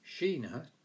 Sheena